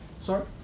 Sorry